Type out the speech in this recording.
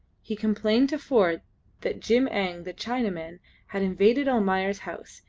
he complained to ford that jim-eng the chinaman had invaded almayer's house,